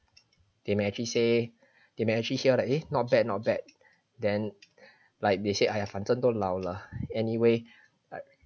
they may actually say they may actually here that eh not bad not bad then like they said I have han zheng dou lao lah anyway